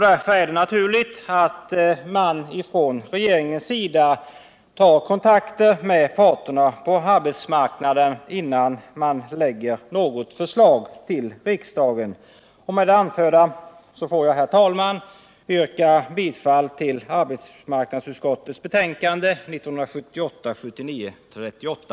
Därför är det naturligt att regeringer. tar kontakter med parterna på arbetsmarknaden innan den lägger fram något förslag till riksdagen. Med det anförda får jag, herr talman, yrka bifall till arbetsmarknadsutskottets hemställan i dess betänkande 1978/79:38.